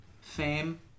fame